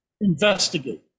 investigate